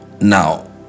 now